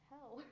Hell